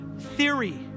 theory